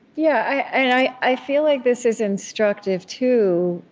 yeah i i feel like this is instructive too,